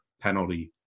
penalty